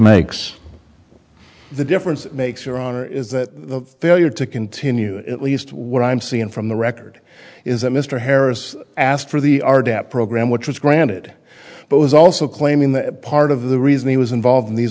makes the difference makes your honor is that the failure to continue at least what i'm seeing from the record is that mr harris asked for the r dept program which was granted but was also claiming that part of the reason he was involved in these